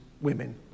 women